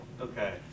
Okay